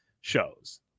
shows